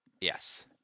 Yes